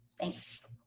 Thanks